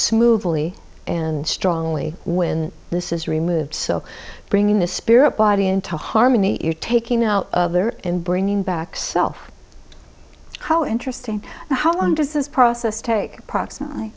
smoothly and strongly when this is removed so bringing the spirit body into harmony if you're taking out there and bringing back self how interesting how long does this process take proximately